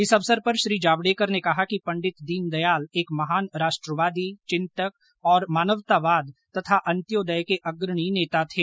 इस अवसर पर श्री जावडेकर ने कहा कि पंडित दीनदयाल एक महान राष्ट्रवादी चिंतक और मानवतावाद तथा अंत्योदय के अग्रणी नेता थे